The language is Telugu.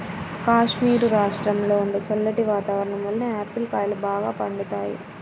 కాశ్మీరు రాష్ట్రంలో ఉండే చల్లటి వాతావరణం వలన ఆపిల్ కాయలు బాగా పండుతాయి